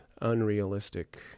unrealistic